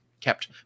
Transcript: kept